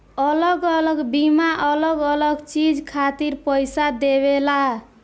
अलग अलग बीमा अलग अलग चीज खातिर पईसा देवेला